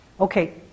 Okay